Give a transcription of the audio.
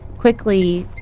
quickly